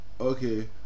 Okay